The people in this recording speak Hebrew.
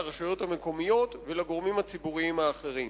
לרשויות המקומיות ולגורמים ציבוריים אחרים.